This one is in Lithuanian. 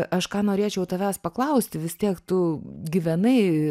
aš ką norėčiau tavęs paklausti vis tiek tu gyvenai